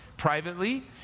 privately